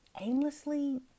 aimlessly